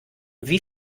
wie